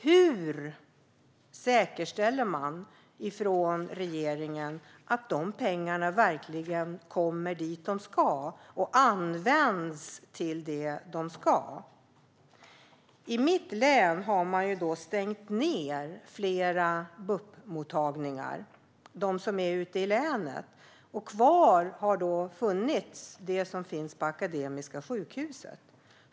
Hur säkerställer regeringen att de pengarna verkligen går dit de ska och används till det de ska? I mitt län har flera BUP-mottagningar stängts, och kvar finns mottagningen på Akademiska sjukhuset.